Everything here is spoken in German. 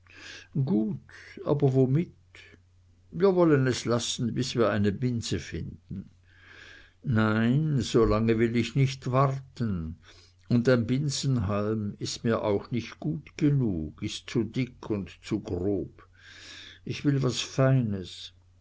gut aber womit wir wollen es lassen bis wir eine binse finden nein so lange will ich nicht warten und ein binsenhalm ist mir auch nicht gut genug ist zu dick und zu grob ich will was feines